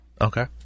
Okay